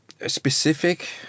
Specific